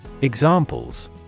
Examples